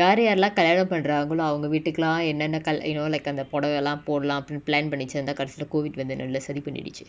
யாரு யாரளா கலியானோ பண்றாங்களோ அவங்க வீட்டுகெல்லா என்னன்ன:yaaru yaarala kaliyano panraangalo avanga veetukella ennanna kal~ you know like அந்த பொடவலா போடலா அப்டினு:antha podavala podala apdinu plane பன்னி வச்சிருந்தா கடைசில:panni vachiruntha kadaisila COVID வந்து நடுவுல சதி பண்ணிடிச்சு:vanthu naduvula sathi pannidichu